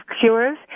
Cures